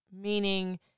meaning